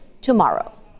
tomorrow